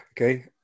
Okay